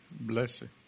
Blessing